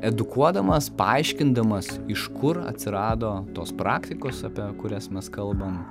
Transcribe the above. edukuodamas paaiškindamas iš kur atsirado tos praktikos apie kurias mes kalbam